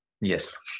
Yes